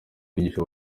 kwigisha